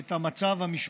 את המצב המשפטי.